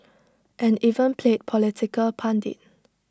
and even played political pundit